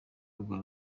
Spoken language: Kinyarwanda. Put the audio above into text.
rwa